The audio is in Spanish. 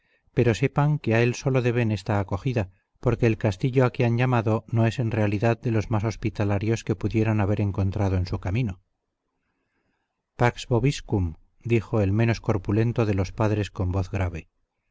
pero sepan que a él sólo deben esta acogida porque el castillo a que han llamado no es en realidad de los más hospitalarios que pudieran haber encontrado en su camino pax vobiscum dijo el menos corpulento de los padres con voz grave